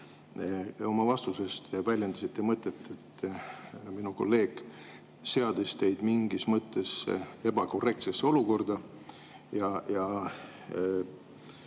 Oma vastuses te väljendasite mõtet, et minu kolleeg seadis teid mingis mõttes ebakorrektsesse olukorda.